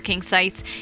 Sites